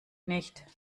nicht